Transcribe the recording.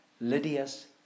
Lydia's